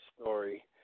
story